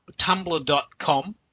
Tumblr.com